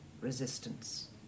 resistance